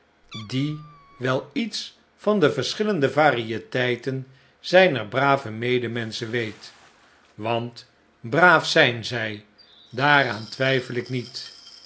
die wel iets van de verschillende varieteiten zijner brave medemenschen weet want braaf zijn zij daaraan twijfel ik niet